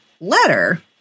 letter